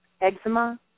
eczema